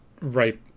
right